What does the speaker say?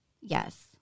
Yes